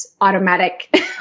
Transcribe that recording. automatic